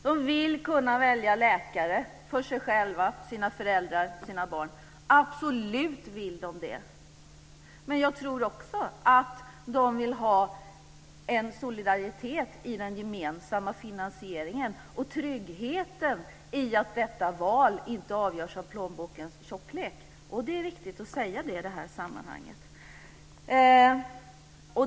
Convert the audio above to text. De vill kunna välja läkare för sig själva, sina föräldrar och sina barn - absolut vill de det! Men jag tror också att de vill ha en solidaritet i den gemensamma finansieringen och tryggheten i att detta val inte avgörs av plånbokens tjocklek, och det är viktigt att säga i det här sammanhanget.